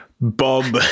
Bob